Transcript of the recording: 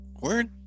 word